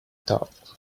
thought